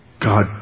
God